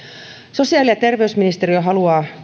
sosiaali ja terveysministeriö haluaa